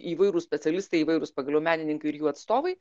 įvairūs specialistai įvairūs pagaliau menininkai ir jų atstovai